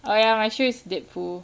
oh ya my shoe is deadpool